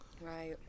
Right